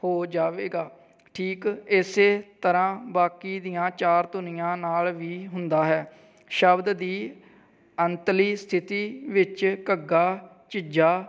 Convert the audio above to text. ਹੋ ਜਾਵੇਗਾ ਠੀਕ ਇਸੇ ਤਰ੍ਹਾਂ ਬਾਕੀ ਦੀਆਂ ਚਾਰ ਧੁਨੀਆਂ ਨਾਲ ਵੀ ਹੁੰਦਾ ਹੈ ਸ਼ਬਦ ਦੀ ਅੰਤਲੀ ਸਥਿਤੀ ਵਿੱਚ ਘੱਗਾ ਝੱਜਾ